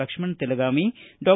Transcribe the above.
ಲಕ್ಷ್ಮಣ ತೆಲಗಾವಿ ಡಾ